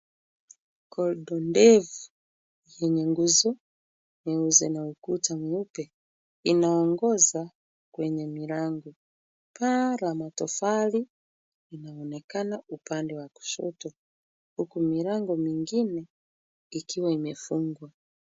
Korido ndefu yenye nguzo nyeusi na ukuta mweupe inaongoza kwenye milango. Paa la matofali linaonekana upande wa kushoto huku milango mingine ikiwa imefungwa.